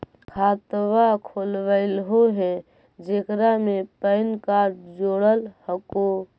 खातवा खोलवैलहो हे जेकरा मे पैन कार्ड जोड़ल हको?